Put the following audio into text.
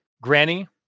granny